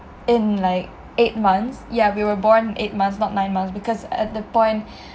in like eight months yah we were born eight months not nine months because at that point